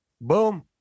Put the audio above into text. Boom